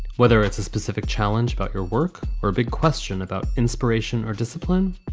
whether it's a specific challenge about your work or a big question about inspiration or discipline.